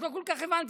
אז לא כל כך הבנתי.